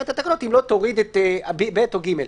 את התקנות אם לא תוריד את (ב) או (ג).